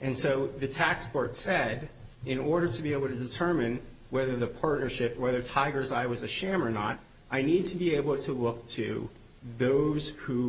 and so the tax court said in order to be able to determine whether the partnership whether tiger's i was a sham or not i need to be able to look to those who